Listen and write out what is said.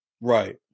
Right